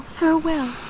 farewell